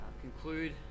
conclude